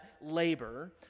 labor